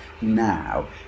now